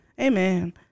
Amen